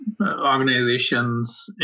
organizations